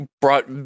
brought